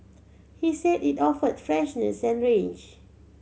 he said it offered freshness and range